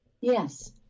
Yes